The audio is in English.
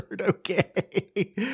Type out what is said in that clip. okay